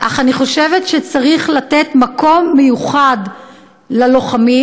אך אני חושבת שצריך לתת מקום מיוחד ללוחמים.